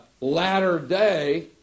latter-day